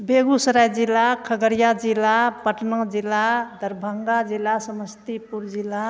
बेगुसराय जिला खगड़िया जिला पटना जिला दरभङ्गा जिला समस्तीपुर जिला